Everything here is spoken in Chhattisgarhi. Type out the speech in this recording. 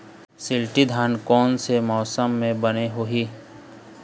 शिल्टी धान कोन से मौसम मे बने होही?